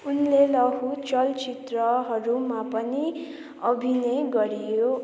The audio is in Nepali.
उनले लघु चलचित्रहरूमा पनि अभिनय गरे